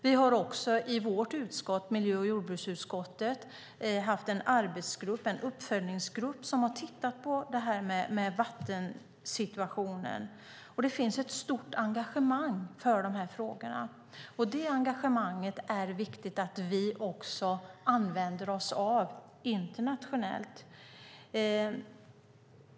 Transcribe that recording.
Vi har också i vårt utskott, miljö och jordbruksutskottet, haft en uppföljningsgrupp som har tittat på vattensituationen, och det finns ett stort engagemang för dessa frågor. Det engagemanget är viktigt att vi också använder oss av internationellt.